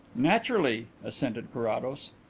naturally, assented carrados.